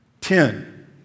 Ten